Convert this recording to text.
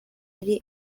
ari